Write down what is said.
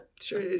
Sure